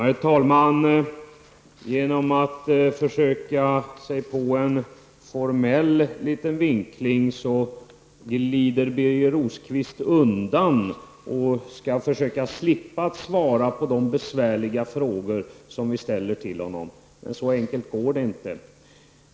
Herr talman! Genom att försöka sig på en formell vinkling gled Birger Rosqvist undan för att slippa att svara på de besvärliga frågor som vi ställde till honom, men så enkelt går det inte.